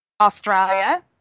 Australia